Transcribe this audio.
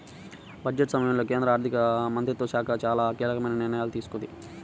budget సమయంలో కేంద్ర ఆర్థిక మంత్రిత్వ శాఖ చాలా కీలకమైన నిర్ణయాలు తీసుకుంది